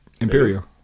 Imperial